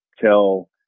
tell